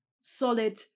solid